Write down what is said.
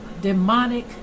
demonic